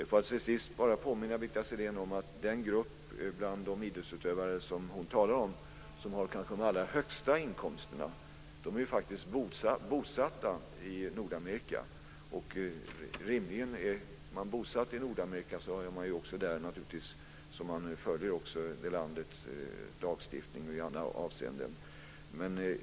Får jag till sist bara påminna Birgitta Sellén om att den grupp idrottsutövare som hon talar om - de som kanske har de allra högsta inkomsterna - faktiskt är bosatta i Nordamerika. Om man är bosatt i Nordamerika följer man rimligen landets lagstiftning och andra bestämmelser.